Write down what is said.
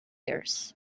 years